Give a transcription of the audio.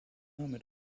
mit